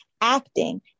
Acting